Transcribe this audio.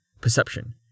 Perception